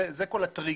זה כל הטריגר.